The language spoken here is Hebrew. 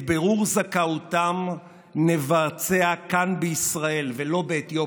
את בירור זכאותם נבצע כאן, בישראל, ולא באתיופיה.